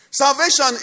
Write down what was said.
Salvation